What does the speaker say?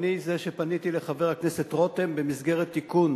ואני זה שפניתי לחבר הכנסת רותם במסגרת תיקון